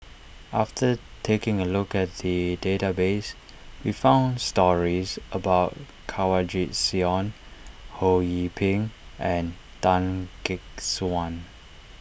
after taking a look at the database we found stories about Kanwaljit Soin Ho Yee Ping and Tan Gek Suan